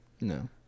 No